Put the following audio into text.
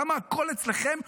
למה הכול אצלכם מעוות?